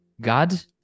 God